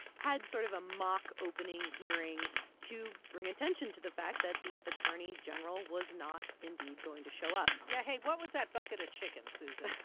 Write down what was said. had sort of a mock opening hearing to bring attention to the fact that the attorney general was not indeed going to show up yeah. hey what was that bucket of chicken, susan?